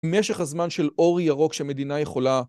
‫משך הזמן של אור ירוק ‫שהמדינה יכולה